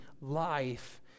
life